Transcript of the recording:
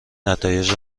نتایج